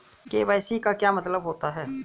KYC का क्या मतलब होता है?